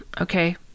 okay